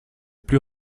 plus